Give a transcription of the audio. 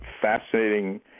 fascinating